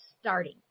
starting